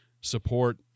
support